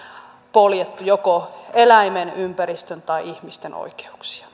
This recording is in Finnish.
poljettu joko eläimen ympäristön tai ihmisten oikeuksia